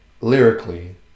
lyrically